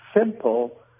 simple